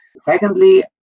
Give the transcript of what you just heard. Secondly